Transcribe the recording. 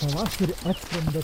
pavasarį atskrenda